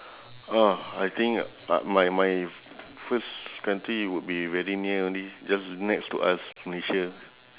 oh I think my my first country would be very near only just next to us malaysia